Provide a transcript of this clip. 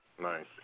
Nice